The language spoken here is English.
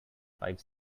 five